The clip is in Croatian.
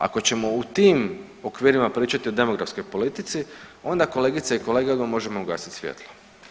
Ako ćemo u tim okvirima pričati o demografskoj politici, onda, kolegice i kolege, odmah možemo ugasiti svjetlo.